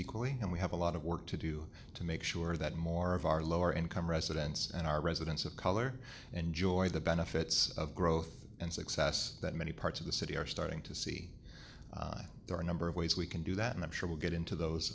equally and we have a lot of work to do to make sure that more of our lower income residents and our residents of color enjoy the benefits of growth and success that many parts of the city are starting to see that there are a number of ways we can do that and i'm sure we'll get into those